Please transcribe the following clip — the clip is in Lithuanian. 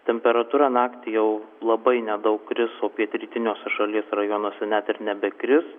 temperatūra naktį jau labai nedaug kris o pietrytiniuose šalies rajonuose net ir nebekris